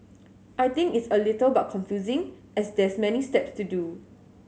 I think it's a little but confusing as there's many step to do